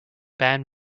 band